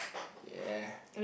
ya